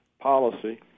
policy